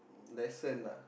lesson lah